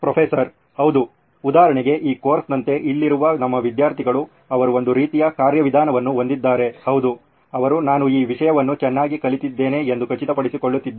professor ಹೌದು ಉದಾಹರಣೆಗೆ ಈ ಕೋರ್ಸ್ನಂತೆ ಇಲ್ಲಿರುವ ನಮ್ಮ ವಿದ್ಯಾರ್ಥಿಗಳು ಅವರು ಒಂದು ರೀತಿಯ ಕಾರ್ಯವಿಧಾನವನ್ನು ಹೊಂದಿದ್ದಾರೆ ಹೌದು ಅವರು ನಾನು ಈ ವಿಷಯವನ್ನು ಚೆನ್ನಾಗಿ ಕಲಿತಿದ್ದೇನೆ ಎಂದು ಖಚಿತಪಡಿಸಿಕೊಳ್ಳುತ್ತಿದ್ದಾರೆ